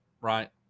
right